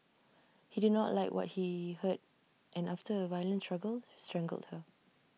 he did not like what he heard and after A violent struggle strangled her